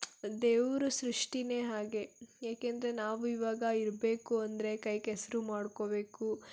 ದೇವ್ರ ಸೃಷ್ಟಿನೇ ಹಾಗೆ ಏಕೆಂದರೆ ನಾವು ಇವಾಗ ಇರಬೇಕು ಅಂದರೆ ಕೈ ಕೆಸರು ಮಾಡ್ಕೊಬೇಕು